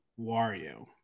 Wario